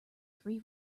three